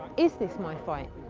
is this my fight?